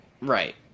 Right